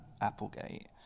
Applegate